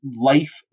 life